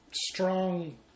strong